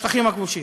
בשטחים הכבושים,